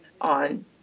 on